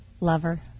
Lover